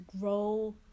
grow